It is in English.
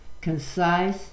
concise